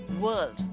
world